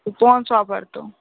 पाँच सए परतौ